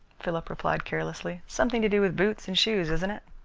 philip replied carelessly. something to do with boots and shoes, isn't it?